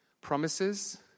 promises